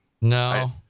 No